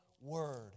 word